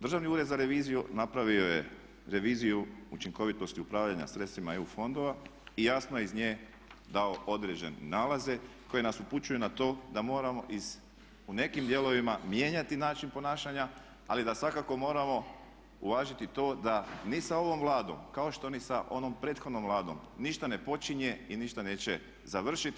Državni ured za reviziju napravio je reviziju učinkovitosti upravljanja sredstvima EU fondova i jasno je iz nje dao određene nalaze koji nas upućuju na to da moramo u nekim dijelovima mijenjati način ponašanja ali da svakako moramo uvažiti to da ni sa ovom Vladom kao što ni sa onom prethodnom Vladom ništa ne počinje i ništa neće završiti.